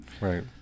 Right